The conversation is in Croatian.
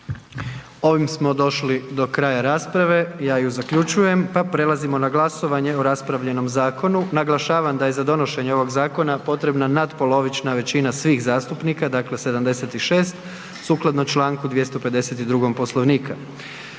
Ovim smo došli do kraja rasprave, ja ju zaključujem pa prelazimo na glasovanje o raspravljenom zakonu. Naglašavam da je za donošenje ovog zakona potrebna natpolovična većina svih zastupnika, dakle 76 sukladno čl. 252. Poslovnika.